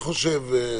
לפחות,